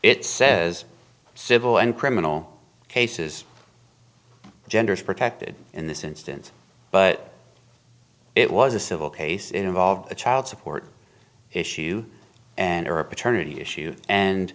it says civil and criminal cases gender is protected in this instance but it was a civil case involved a child support issue and or a paternity issue and